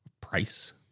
price